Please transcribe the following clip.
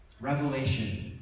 Revelation